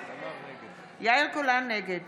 יאיר גולן, נגד